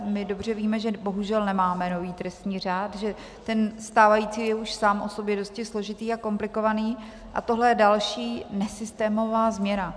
My dobře víme, že bohužel nemáme nový trestní řád, že ten stávající je už sám o sobě dosti složitý a komplikovaný, a tohle je další nesystémová změna.